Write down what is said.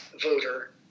voter